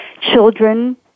children